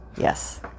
yes